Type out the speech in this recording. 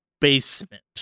basement